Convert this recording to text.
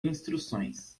instruções